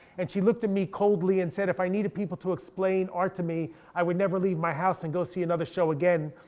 and she looked at me coldly and said if i needed people to explain art to me i would never leave my house and go see another show again.